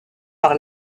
par